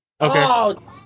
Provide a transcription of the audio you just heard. Okay